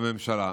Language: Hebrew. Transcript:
בממשלה,